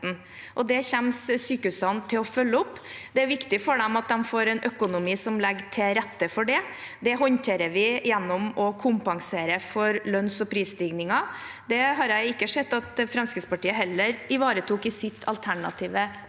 det kommer sykehusene til å følge opp. Det er viktig for dem at de får en økonomi som legger til rette for det. Det håndterer vi gjennom å kompensere for lønns- og prisstigningen. Det har jeg ikke sett at Fremskrittspartiet ivaretok i sitt alternative